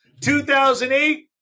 2008